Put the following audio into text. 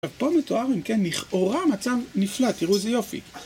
עכשיו פה מתואר עם כן, לכאורה מצב נפלא, תראו איזה יופי.